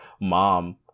mom